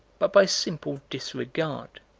but by simple disregard.